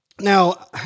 Now